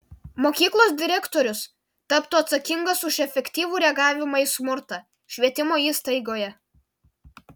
mokyklos direktorius taptų atsakingas už efektyvų reagavimą į smurtą švietimo įstaigoje